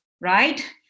right